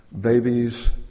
babies